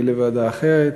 מי לוועדה אחרת.